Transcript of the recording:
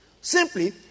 simply